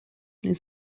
les